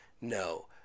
no